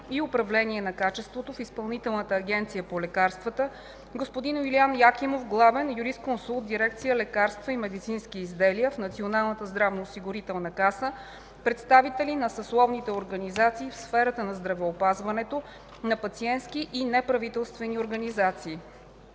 и управление на качеството” в Изпълнителната агенция по лекарствата, господин Юлиян Якимов, главен юрисконсулт, Дирекция „Лекарства и медицински изделия” в Националната здравноосигурителна каса, представители на съсловните организации в сферата на здравеопазването, на пациентски и неправителствени организации.